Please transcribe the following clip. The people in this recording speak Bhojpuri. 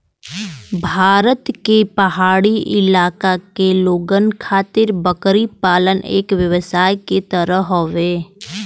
भारत के पहाड़ी इलाका के लोगन खातिर बकरी पालन एक व्यवसाय के तरह हौ